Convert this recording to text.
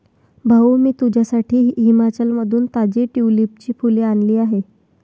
भाऊ, मी तुझ्यासाठी हिमाचलमधून ताजी ट्यूलिपची फुले आणली आहेत